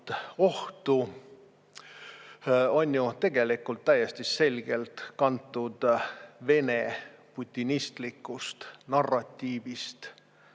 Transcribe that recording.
ohtu, on ju tegelikult täiesti selgelt kantud Vene putinistlikust narratiivist.